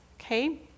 Okay